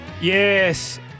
Yes